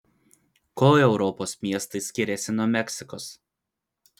kuo europos miestai skiriasi nuo meksikos